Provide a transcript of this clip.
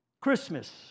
Christmas